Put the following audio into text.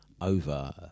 over